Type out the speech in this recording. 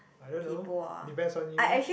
I don't know depends on you